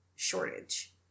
shortage